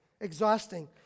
Exhausting